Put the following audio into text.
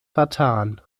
vertan